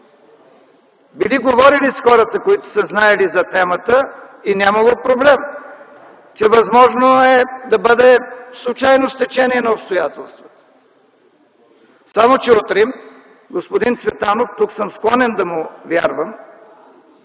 или говорили с хората, които са знаели за темата, и нямало проблем, че е възможно да бъде случайно стечение на обстоятелствата. Само че от Рим господин Цветанов – тук съм склонен да му вярвам